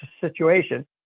situation